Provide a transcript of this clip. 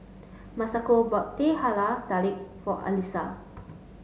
Masako bought Teh Halia Tarik for Elyssa